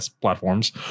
platforms